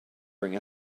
bring